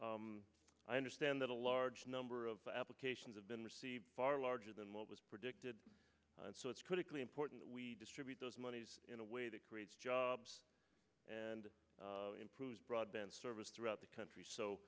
i understand that a large number of applications have been received far larger than what was predicted so it's critically important we distribute those monies in a way that creates jobs and improves broadband service throughout the country so